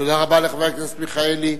תודה רבה לחבר הכנסת מיכאלי.